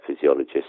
physiologist